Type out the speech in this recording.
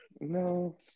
no